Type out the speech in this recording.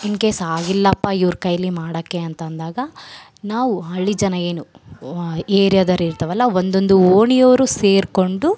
ಇನ್ case ಆಗಿಲ್ಲಪ್ಪಾ ಇವ್ರ ಕೈಲಿ ಮಾಡೋಕ್ಕೆ ಅಂತ ಅಂದಾಗ ನಾವು ಹಳ್ಳಿ ಜನ ಏನು ವ ಏರಿಯಾದೋರ್ ಇರ್ತಾವಲ ಒಂದೊಂದು ಓಣಿಯೋರು ಸೇರ್ಕೊಂಡು